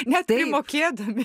net primokėdami